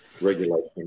regulation